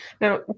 Now